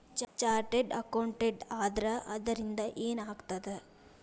Chartered accountant ಆದ್ರ ಅದರಿಂದಾ ಏನ್ ಆಗ್ತದ?